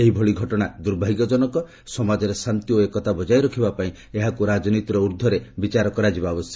ଏହିଭଳି ଘଟଣା ଦୁର୍ଭାଗ୍ୟଜନକ ସମାଜରେ ଶାନ୍ତି ଓ ଏକତା ବଜାୟ ରଖିବାପାଇଁ ଏହାକୁ ରାଜନୀତିର ଉର୍ଦ୍ଧ୍ୱରେ ବିଚାର କରାଯିବା ଉଚିତ